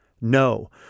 No